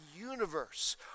universe